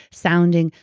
sounding,